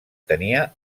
tenia